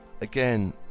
again